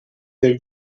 del